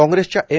कांग्रेसच्या एम